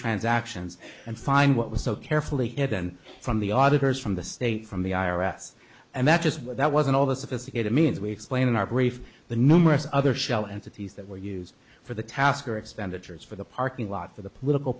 transactions and find what was so carefully hidden from the auditors from the state from the i r s and that's just what that was and all the sophisticated means we explain in our brief the number of other shell and cities that were used for the task or expenditures for the parking lot for the political